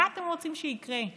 מה אתם רוצים שיקרה,